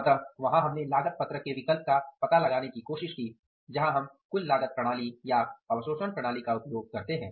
अतः वहां हमने लागत पत्रक के विकल्प का पता लगाने की कोशिश की जहां हम कुल लागत प्रणाली या अवशोषण प्रणाली का उपयोग करते हैं